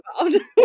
involved